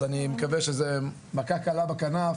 אז אני מקווה שזה מכה קלה בכנף